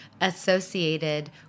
associated